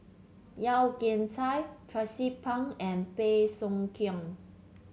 Yeo Kian Chai Tracie Pang and Bey Soo Khiang